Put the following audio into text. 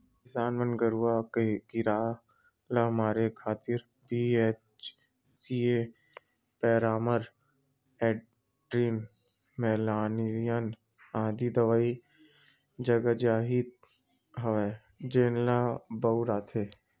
किसान मन गरूआ कीरा ल मारे खातिर बी.एच.सी.ए पैरामार, एल्ड्रीन, मेलाथियान आदि दवई जगजाहिर हवय जेन ल बउरथे